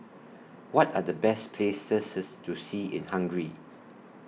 What Are The Best Places IS to See in Hungary